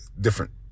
different